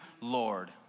Lord